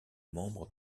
membre